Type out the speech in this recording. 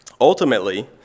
Ultimately